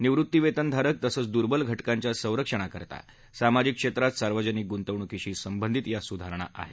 निवृत्तीवेतनधारक तसंच दुर्बल घटकांच्या संरक्षणाकरता सामाजिक क्षेत्रात सार्वजनिक गुंतवणूकीशी संबंधित या सुधारणा आहेत